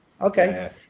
Okay